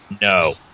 No